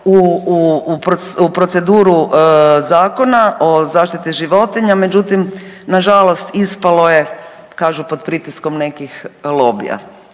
u proceduru Zakona o zaštiti životinja, međutim nažalost ispalo je kažu pod pritiskom nekih lobija,